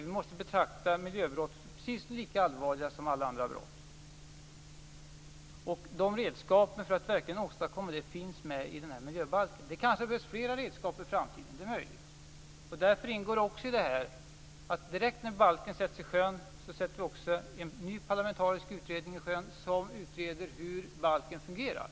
Vi måste betrakta miljöbrott som precis lika allvarliga som alla andra brott. Redskapen för att verkligen åstadkomma det finns i den här miljöbalken. Det kanske behövs fler redskap i framtiden. Det är möjligt. Därför ingår också i detta att direkt när balken sätts i sjön sätter vi också en ny parlamentarisk utredning i sjön som utreder hur balken fungerar.